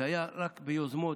זה היה רק ביוזמות.